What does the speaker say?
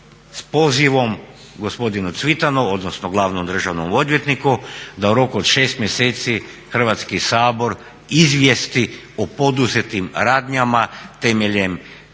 s pozivom gospodinu Cvitano, odnosno glavnom državnom odvjetniku da u roku od 6 mjeseci Hrvatski sabor izvijesti o poduzetim radnjama temeljem onoga